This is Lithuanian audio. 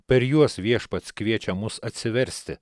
per juos viešpats kviečia mus atsiversti